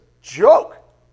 joke